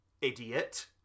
idiot